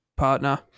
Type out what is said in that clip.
partner